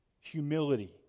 humility